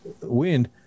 wind